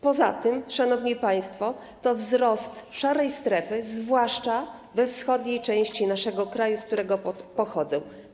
Poza tym, szanowni państwo, to wzrost szarej strefy, zwłaszcza we wschodniej części naszego kraju, z której pochodzę.